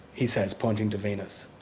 he says, pointing to venus.